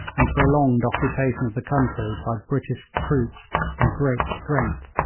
and prolonged occupation of the country by british troops in great strength.